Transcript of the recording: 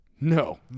No